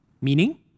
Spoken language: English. Meaning